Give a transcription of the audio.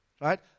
Right